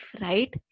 right